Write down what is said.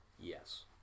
Yes